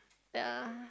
there are